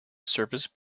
service